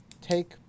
take